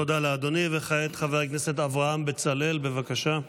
תודה לאדוני, וכעת חבר הכנסת אברהם בצלאל, בבקשה.